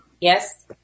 Yes